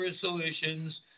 solutions